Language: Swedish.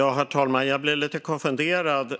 Herr talman! Jag blir lite konfunderad.